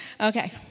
Okay